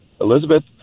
Elizabeth